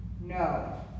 No